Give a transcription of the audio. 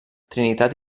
trinitat